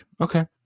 Okay